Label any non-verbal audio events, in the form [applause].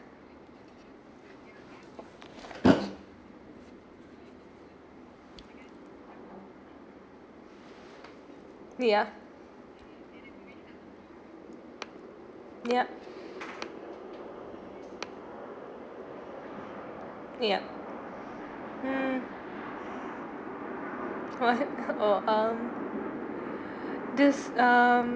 ya yup yup mm [laughs] what oh um this um